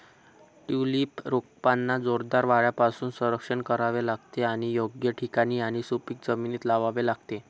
tulip रोपांना जोरदार वाऱ्यापासून संरक्षण करावे लागते आणि योग्य ठिकाणी आणि सुपीक जमिनीत लावावे लागते